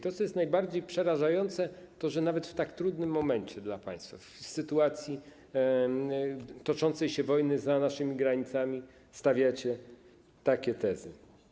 To, co jest najbardziej przerażające, to to, że nawet w tak trudnym momencie, w sytuacji toczącej się wojny za naszymi granicami stawiacie takie tezy.